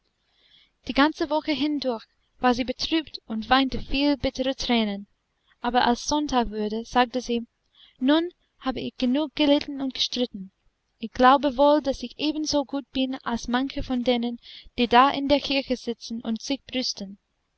die ganze woche hindurch war sie betrübt und weinte viel bittere thränen aber als sonntag wurde sagte sie nun habe ich genug gelitten und gestritten ich glaube wohl daß ich ebenso gut bin als manche von denen die da in der kirche sitzen und sich brüsten